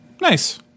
Nice